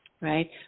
right